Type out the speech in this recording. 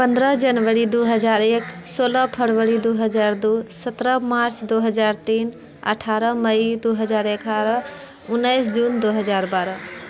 पन्द्रह जनवरी दू हजार एक सोलह फरवरी दू हजार दू सत्रह मार्च दू हजार तीन अठारह मई दू हजार एगारह उनैस जून दू हजार बारह